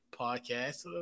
podcast